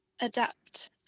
adapt